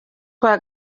kwa